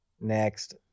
Next